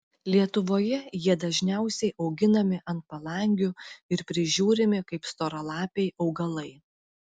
lietuvoje jie dažniausiai auginami ant palangių ir prižiūrimi kaip storalapiai augalai